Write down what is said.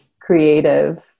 creative